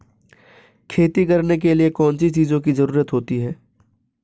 खेती करने के लिए कौनसी चीज़ों की ज़रूरत होती हैं?